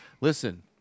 Listen